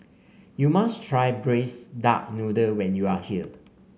you must try Braised Duck Noodle when you are here